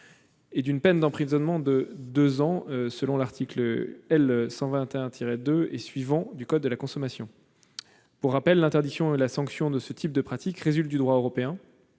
-et d'une peine d'emprisonnement de deux ans, selon les articles L. 121-2 et suivants du code de la consommation. Pour rappel encore, l'interdiction et la sanction de ce type de pratique résultent de la directive européenne